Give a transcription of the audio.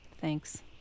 thanks